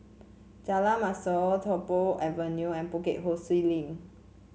Jalan Mashor Tung Po Avenue and Bukit Ho Swee Link